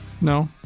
No